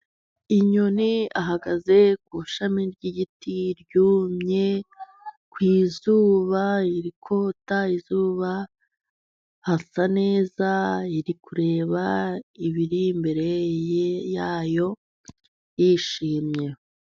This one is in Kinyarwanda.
Inyoni ihagaze ku ishami ry'igiti ryumye, ku izuba irikota izuba. Hasa neza iri kureba ibiri imbere yayo yishimye.